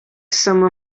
some